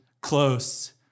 close